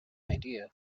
idea